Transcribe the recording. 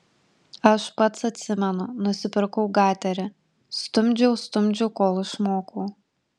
aš pats atsimenu nusipirkau gaterį stumdžiau stumdžiau kol išmokau